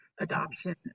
adoption